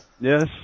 Yes